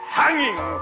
hanging